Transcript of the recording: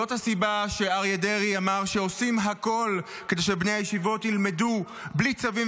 זו הסיבה שאריה דרעי אמר שעושים הכול כדי שבני הישיבות ילמדו בלי צווים,